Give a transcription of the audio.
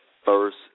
first